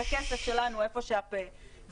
את הכסף שלנו איפה שהפה,